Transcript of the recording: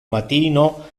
matino